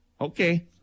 Okay